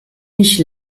nicht